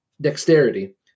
dexterity